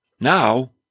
Now